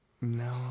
No